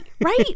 right